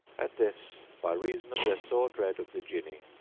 at this, by reason of their sore dread of the jinni,